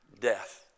death